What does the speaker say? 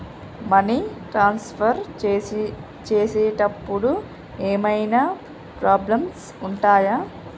Money transfer చేసేటప్పుడు ఏమైనా problems ఉంటయా?